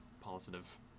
positive